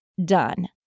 done